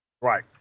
Right